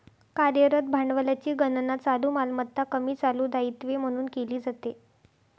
कार्यरत भांडवलाची गणना चालू मालमत्ता कमी चालू दायित्वे म्हणून केली जाते